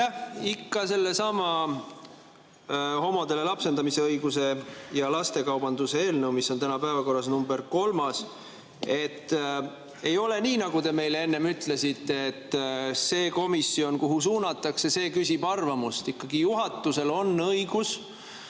Küsin sellesama homodele lapsendamisõiguse andmise ja lastekaubanduse eelnõu kohta, mis on täna päevakorras nr 3. Ei ole nii, nagu te meile enne ütlesite, et see komisjon, kuhu suunatakse, küsib arvamust. Ikkagi ka juhatusel on õigus